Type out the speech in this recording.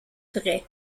vrai